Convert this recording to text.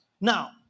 Now